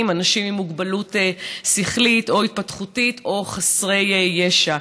ואנשים עם מוגבלות שכלית או התפתחותית או חסרי ישע.